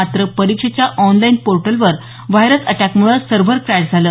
मात्र परीक्षेच्या ऑनलाइन पोर्टलवर व्हायरस अटॅकमुळे सर्व्हर क्रॅश झालं